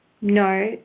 no